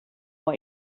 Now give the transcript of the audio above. what